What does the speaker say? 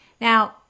now